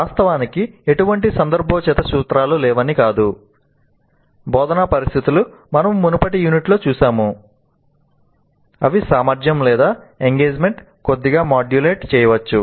వాస్తవానికి ఎటువంటి సందర్భోచిత సూత్రాలు లేవని కాదు అవి సామర్థ్యం లేదా ఎంగేజ్మెంట్ కొద్దిగా మాడ్యులేట్ చేయవచ్చు